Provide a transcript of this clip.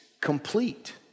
complete